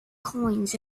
coins